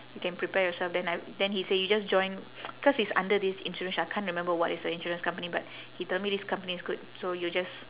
you can prepare yourself then I then he say you just join cause he's under this insurance which I can't remember what is the insurance company but he tell me this company is good so you just